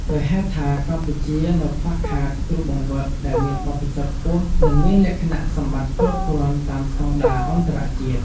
ដោយហេតុថាកម្ពុជានៅខ្វះខាតគ្រូបង្វឹកដែលមានបទពិសោធន៍ខ្ពស់ និងមានលក្ខណៈសម្បត្តិគ្រប់គ្រាន់តាមស្តង់ដារអន្តរជាតិ។